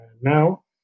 now